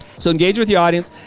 so engage with the audience.